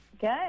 Good